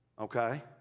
okay